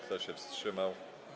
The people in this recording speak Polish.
Kto się wstrzymał?